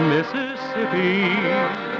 Mississippi